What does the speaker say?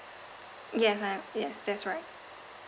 yes I'm yes that's right